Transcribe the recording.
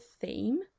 theme